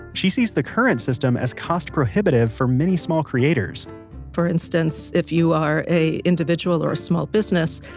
she sees the current system as cost prohibitive for many small creators for instance if you are a individual or a small business,